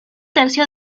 tercio